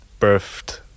birthed